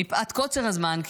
מפאת קוצר הזמן,